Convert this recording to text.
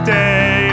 day